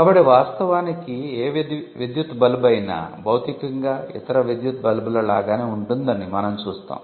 కాబట్టి వాస్తవానికి ఏ విద్యుత్ బల్బ్ అయినా భౌతికoగా ఇతర విద్యుత్ బల్బ్ ల లాగానే ఉంటుందని మనం చూస్తాం